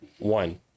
One